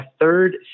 third